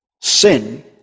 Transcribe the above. Sin